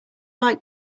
like